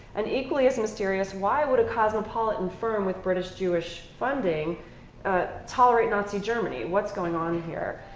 and equally as mysterious, why would a cosmopolitan firm with british-jewish funding ah tolerate nazi germany? what's going on here?